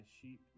sheep